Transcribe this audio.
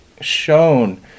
shown